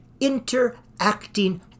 interacting